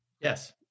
Yes